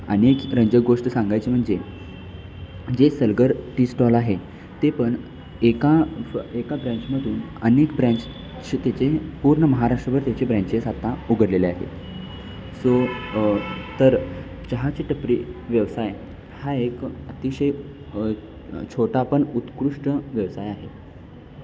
आणि एक रंजक गोष्ट सांगायची म्हणजे जे सलगर टी स्टॉल आहे ते पण एका एका ब्रँचमधून अनेक ब्रँच असे त्याचे पूर्ण महाराष्ट्रामध्ये त्याचे ब्रँचेस आता उघडलेले आहेत सो तर चहाची टपरी व्यवसाय हा एक अतिशय छोटा पण उत्कृष्ट व्यवसाय आहे